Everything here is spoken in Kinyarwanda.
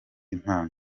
impano